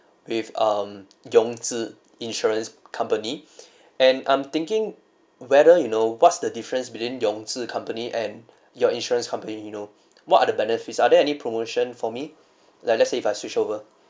with um yong zhi insurance company and I'm thinking whether you know what's the difference between yong zhi company and your insurance company you know what are the benefits are there any promotion for me like let's say if I switch over